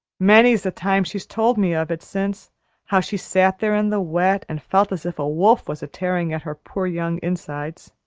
many's the time she's told me of it since how she sat there in the wet, and felt as if a wolf was a-tearing at her poor young insides.